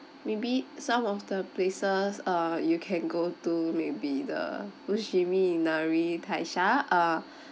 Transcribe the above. maybe some of the places uh you can go to maybe the fushimi inari taisha uh